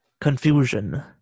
confusion